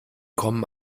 kommen